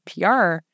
PR